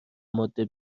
ماده